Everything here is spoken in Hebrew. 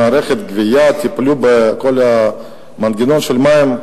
במערכת הגבייה טיפלו בכל המנגנון של מים.